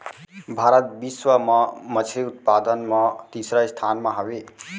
भारत बिश्व मा मच्छरी उत्पादन मा तीसरा स्थान मा हवे